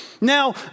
Now